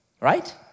right